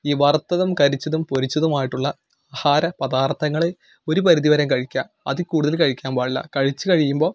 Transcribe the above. ഈ വറുത്തതും കരിച്ചതും പൊരിച്ചതുമായിട്ടുള്ള ആഹാര പദാർത്ഥങ്ങളെ ഒരു പരിധിവരെയും കഴിക്കുക അതിൽ കൂടുതൽ കഴിക്കാൻ പാടില്ല കഴിച്ച് കഴിയുമ്പോൾ